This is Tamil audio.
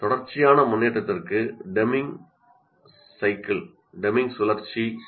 தொடர்ச்சியான முன்னேற்றத்திற்கு டெமிங் சுழற்சி பி